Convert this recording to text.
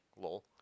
lol